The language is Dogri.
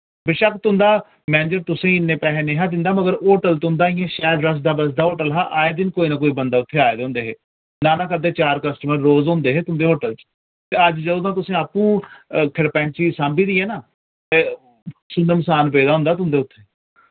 बेशक तुंदा मैनेजर तुसें इन्ने पैसे ने'हां दिंदा मगर होटल तुंदा इ'यां शैल रसदा बसदा होटल हा आए दिन कोई ना कोई बंदे उत्थे आए दे होंदे हे ना ना करदे चार कस्टमर रोज होंदे हे तुंदे होटल च ते अज जदूं दा तुसें अप्पू खड़पैंची सांभी दी ऐ ना ते सुनमसान पेदा होंदा तुंदे उत्थे